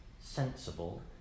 sensible